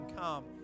come